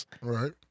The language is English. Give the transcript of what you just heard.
right